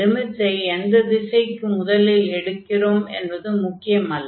லிமிட்ஸை எந்த திசைக்கு முதலில் எடுக்கிறோம் என்பது முக்கியம் அல்ல